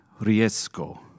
Riesco